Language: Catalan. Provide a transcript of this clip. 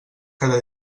cada